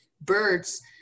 birds